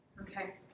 Okay